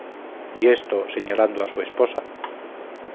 y fin de mi vida y esto señalando a su esposa